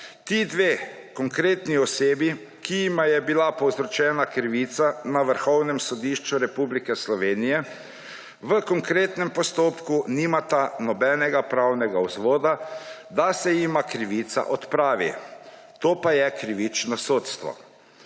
ti dve konkretni osebi, ki jima je bila povzročena krivica na Vrhovnem sodišču Republike Slovenije, v konkretnem postopku nimata nobenega pravnega vzvoda, da se jima krivica odpravi. To pa je krivično sodstvo.